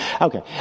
Okay